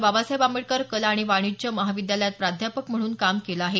बाबासाहेब आंबेडकर कला आणि वाणिज्य महाविद्यालयात प्राध्यापक म्हणून काम केलं आहे